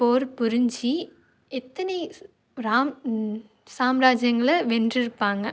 போர் புரிந்து எத்தனை ராம் சாம்ராஜ்யங்கள வென்றிருப்பாங்க